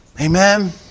Amen